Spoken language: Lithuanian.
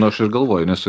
nu aš ir galvoju nes